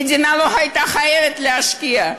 המדינה לא הייתה חייבת להשקיע.